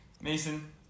Mason